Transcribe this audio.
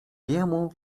jemu